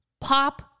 pop